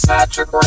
Patrick